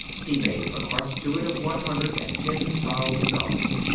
he made a bequest to it of one hundred and ten thousand dollars.